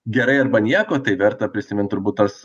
gerai arba nieko tai verta prisimint turbūt tas